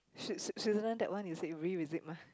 that one should revisit mah